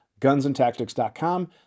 gunsandtactics.com